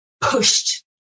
pushed